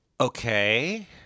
Okay